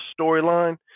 storyline